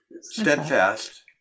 Steadfast